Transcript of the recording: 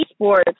Esports